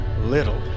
little